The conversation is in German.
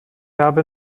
habe